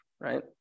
right